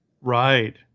Right